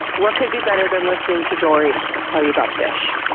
what could be better than listening to dory tell you about fish?